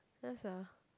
ya sia